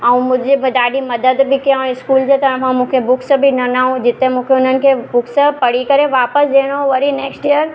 ऐं मुंहिंजी ॾाढी मदद बि कियऊं स्कूल जी तरफ़ां मूंखे बुक्स बि ॾिनऊं जिते मूंखे उन्हनि खे बुक्स पढ़ी करे वापसि ॾियणो हुयो वरी नैक्स्ट इअर